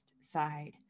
side